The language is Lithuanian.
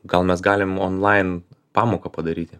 gal mes galim onlain pamoką padaryti